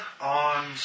on